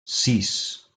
sis